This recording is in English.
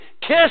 kiss